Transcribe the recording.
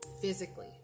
physically